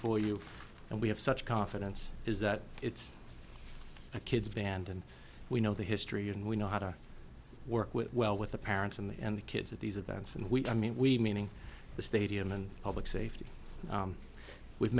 for you and we have such confidence is that it's a kid's band and we know the history and we know how to work with well with the parents and the kids at these events and we i mean we meaning the stadium and public safety we've